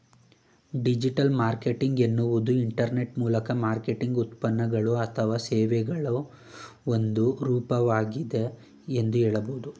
digital marketing ಎನ್ನುವುದು internet ಮೂಲಕ marketing ಉತ್ಪನ್ನಗಳು ಅಥವಾ ಸೇವೆಗಳ ಒಂದು ರೂಪವಾಗಿದೆ ಎಂದು ಹೇಳಬಹುದು